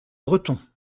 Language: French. breton